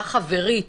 חברית.